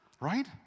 right